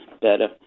better